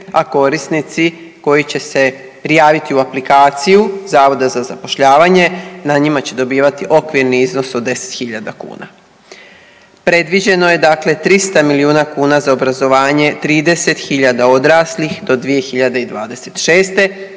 a korisnici koji će se prijaviti u aplikaciju Zavoda za zapošljavanje, na njima će dobivati okvirni iznos od 10.000 kuna. Predviđeno je 300 milijuna kuna za obrazovanje 30.000 odraslih do 2026.,